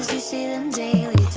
you see them daily